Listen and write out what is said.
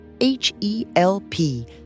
H-E-L-P